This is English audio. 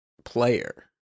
player